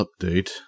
update